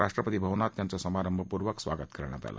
राष्ट्रपती भवनात त्यांच समारभपूर्वक स्वागत करण्यात आलं